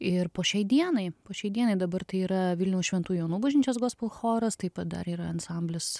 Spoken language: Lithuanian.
ir po šiai dienai po šiai dienai dabar tai yra vilniaus šventų jonų bažnyčios gospel choras tai va dar yra ansamblis